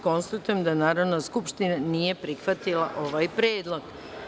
Konstatujem da Narodna skupština nije prihvatila ovaj predlog.